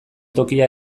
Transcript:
tokia